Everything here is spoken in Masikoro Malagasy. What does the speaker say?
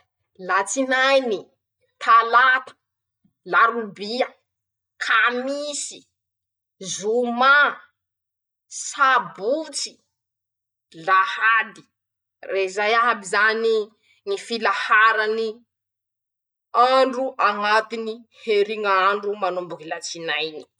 Latsinainy; talata, larobia, kamisy, zoma, sabotsy, lahady, rezay iaby zany ñy filaharany andro añatiny heriñ'andro manomboky latsinainy.